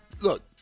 look